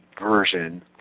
version